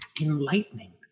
enlightening